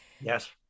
Yes